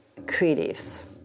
creatives